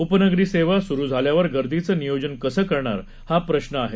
उपनगरी सेवा सुरु झाल्यावर गर्दीचं नियोजन कसं करणार हा प्रश्न आहे